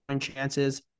chances